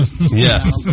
Yes